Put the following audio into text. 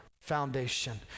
foundation